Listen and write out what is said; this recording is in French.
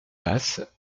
basse